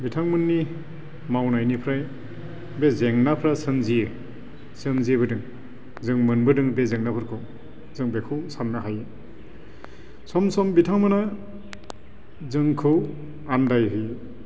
बिथांमोननि मावनायनिफ्राय बे जेंनाफोरा सोमजियो सोमजिबोदों जों मोनबोदों बे जेंनाफोरखौ जों बेफोरखौ साननो हायो सम सम बिथांमोना जोंखौ आनदायहोयो